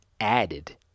added